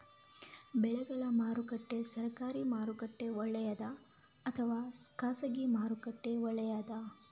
ಬೆಳೆಗಳ ಮಾರಾಟಕ್ಕೆ ಸರಕಾರಿ ಮಾರುಕಟ್ಟೆ ಒಳ್ಳೆಯದಾ ಅಥವಾ ಖಾಸಗಿ ಮಾರುಕಟ್ಟೆ ಒಳ್ಳೆಯದಾ